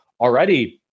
already